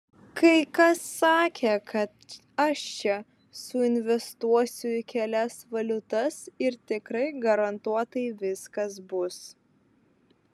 kai kas sakė kad aš čia suinvestuosiu į kelias valiutas ir tikrai garantuotai viskas bus